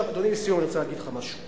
אדוני, לסיום אני רוצה להגיד לך משהו.